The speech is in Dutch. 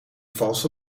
valse